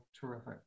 terrific